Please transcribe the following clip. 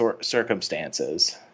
circumstances